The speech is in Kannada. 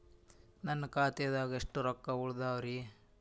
ನನ್ನ ಖಾತೆದಾಗ ಎಷ್ಟ ರೊಕ್ಕಾ ಉಳದಾವ್ರಿ?